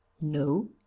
no